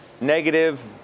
negative